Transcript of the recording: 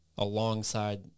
alongside